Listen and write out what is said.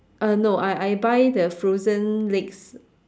uh no I I buy the frozen legs